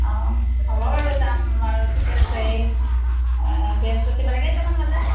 অঁ হ'ব বাৰু যাম বাৰু ঠিকে আছে এই বৃহস্পতিবাৰে কেইটামান বজাত